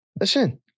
Listen